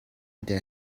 der